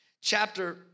chapter